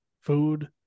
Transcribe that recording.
food